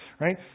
right